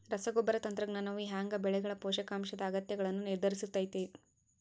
ರಸಗೊಬ್ಬರ ತಂತ್ರಜ್ಞಾನವು ಹ್ಯಾಂಗ ಬೆಳೆಗಳ ಪೋಷಕಾಂಶದ ಅಗತ್ಯಗಳನ್ನ ನಿರ್ಧರಿಸುತೈತ್ರಿ?